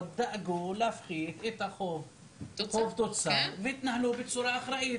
דאגו להפחית את חוב-תוצר והתנהלו בצורה אחראית.